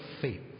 faith